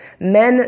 men